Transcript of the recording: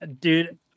Dude